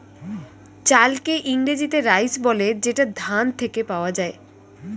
চালকে ইংরেজিতে রাইস বলে যেটা ধান থেকে পাওয়া যায়